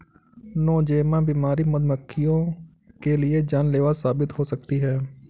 Nosema बीमारी मधुमक्खियों के लिए जानलेवा साबित हो सकती है